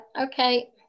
Okay